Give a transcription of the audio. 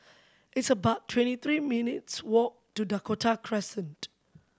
it's about twenty three minutes' walk to Dakota Crescent